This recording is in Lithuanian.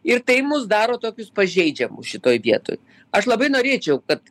ir tai mus daro tokius pažeidžiamus šitoj vietoj aš labai norėčiau kad